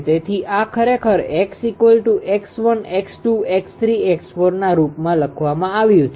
તેથી આ ખરેખર X 𝑥1̇ 𝑥2̇ 𝑥3̇ 𝑥4̇ના રૂપમાં લખવામાં આવ્યું છે